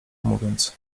mówiąc